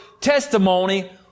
testimony